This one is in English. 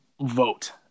vote